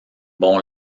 bon